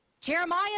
Jeremiah